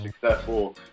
successful